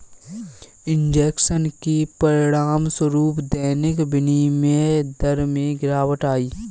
injection के परिणामस्वरूप दैनिक विनिमय दर में गिरावट आई